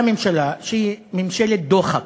הממשלה היא ממשלת דוחק,